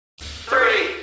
Three